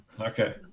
Okay